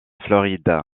floride